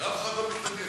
אף אחד לא מתנגד.